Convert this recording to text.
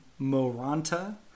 Moranta